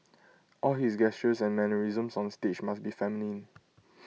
all his gestures and mannerisms on stage must be feminine